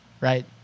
right